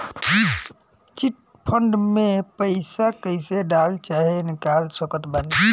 Chit fund मे पईसा कईसे डाल चाहे निकाल सकत बानी?